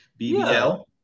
BBL